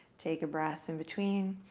take a breath in between